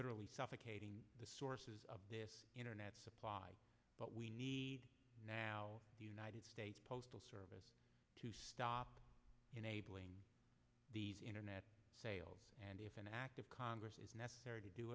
literally suffocating the sources of this internet supply but we need now the united states postal service to stop enabling the internet sales and if an act of congress is necessary to do